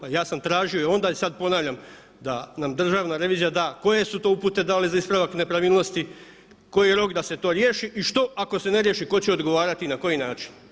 A ja sam tražio i onda i sad ponavljam da nam Državna revizija da koje su to upute dali za ispravak nepravilnosti, koji je rok da se to riješi i što ako se ne riješi, tko će odgovarati i na koji način?